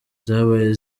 zabaye